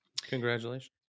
congratulations